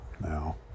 now